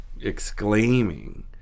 exclaiming